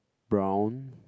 brown